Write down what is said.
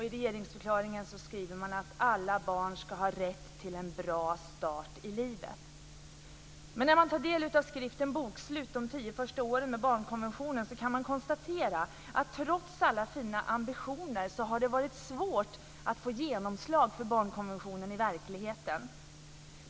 I regeringsförklaringen skriver man att alla barn ska ha rätt till en bra start i livet. När man tar del av skriften Bokslut - de tio första åren med barnkonventionen kan man konstatera att trots alla fina ambitioner har det varit svårt att få genomslag för barnkonventionen i verkligheten.